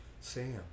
Sam